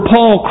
Paul